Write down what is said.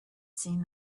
seen